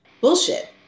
Bullshit